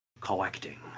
collecting